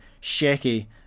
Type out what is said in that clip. shaky